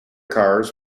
cars